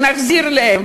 נחזיר להם,